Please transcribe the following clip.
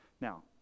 now